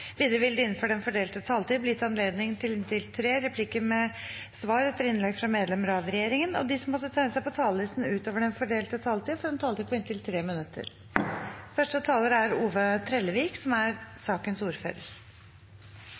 Videre vil det – innenfor del fordelte taletid – bli gitt anledning til inntil tre replikker med svar etter innlegg fra medlemmer av regjeringen, og de som måtte tegne seg på talerlisten utover den fordelte taletid, får en taletid på inntil 3 minutter.